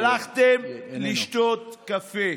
הלכתם לשתות קפה.